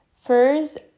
First